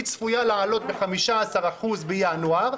צפויה לעלות ב-15% בינואר.